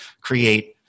create